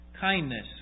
kindness